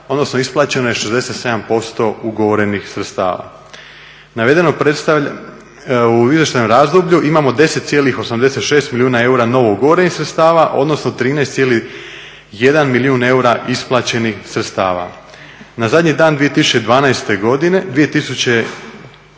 odnosno isplaćeno je 67% ugovorenih sredstava. U izvještajnom razdoblju imamo 10,86 milijuna eura ugovorenih sredstava, odnosno 30,1 milijun eura isplaćenih sredstava. Na zadnji dan 2012. godine, 2013.